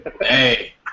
Hey